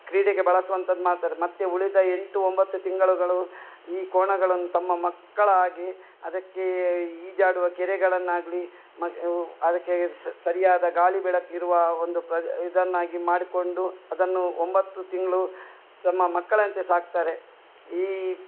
ಕ್ರೀಡೆಗೆ ಬಳಸುವಂತದ್ದು ಮಾಡ್ತಾರೆ ಮತ್ತೆ ಉಳಿದ ಎಂಟು ಒಂಬತ್ತು ತಿಂಗಳುಗಳು ಈ ಕೋಣಗಳನ್ನು ತಮ್ಮ ಮಕ್ಕಳಾಗೆ ಅದಕ್ಕೆ ಈಜಾಡುವ ಕೆರೆಗಳನ್ನಾಗಲಿ ಮ ಅದಕ್ಕೆ ಸರಿಯಾದ ಗಾಳಿ ಬೆಳಕಿರುವ ಒಂದು ಪ್ರ ಇದನ್ನಾಗಿ ಮಾಡಿಕೊಂಡು ಅದನ್ನು ಒಂಬತ್ತು ತಿಂಗಳು ತಮ್ಮ ಮಕ್ಕಳಂತೆ ಸಾಕ್ತಾರೆ ಈ